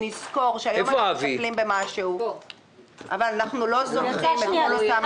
שנזכור שהיום אנחנו מטפלים במשהו אבל אנחנו לא זונחים את כל אותם